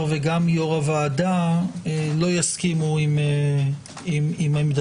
וגם יו"ר הוועדה לא יסכימו עם עמדתכם.